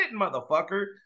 motherfucker